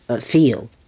feel